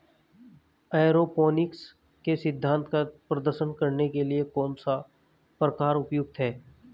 Aeroponics के सिद्धांत का प्रदर्शन करने के लिए कौन सा प्रकार उपयुक्त है?